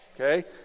okay